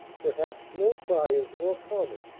perhaps no cry is more common,